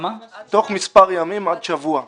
מספר ימים עד שבוע.